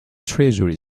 treasury